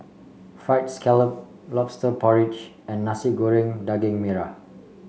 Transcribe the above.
fried scallop lobster porridge and Nasi Goreng Daging Merah